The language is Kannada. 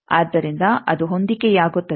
ಆದ್ದರಿಂದ ಅದು ಹೊಂದಿಕೆಯಾಗುತ್ತದೆ